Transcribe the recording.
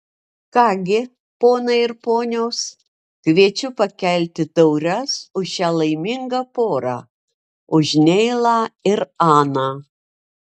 ką gi ponai ir ponios kviečiu pakelti taures už šią laimingą porą už neilą ir aną